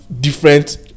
different